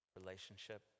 relationship